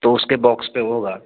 तो उसके बॉक्स पर होगा